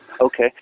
Okay